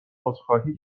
عذرخواهی